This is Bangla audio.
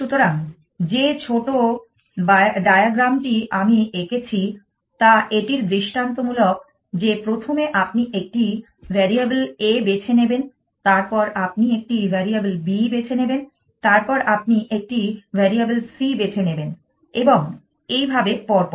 সুতরাং যে ছোট ডায়াগ্রামটি আমি এঁকেছি তা এটির দৃষ্টান্তমূলক যে প্রথমে আপনি একটি ভ্যারিয়েবল A বেছে নেবেন তারপর আপনি একটি ভ্যারিয়েবল B বেছে নেবেন তারপর আপনি একটি ভ্যারিয়েবল C বেছে নেবেন এবং এইভাবে পর পর